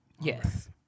yes